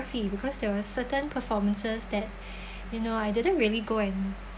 because there were certain performances that you know I didn't really go and